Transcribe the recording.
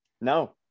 No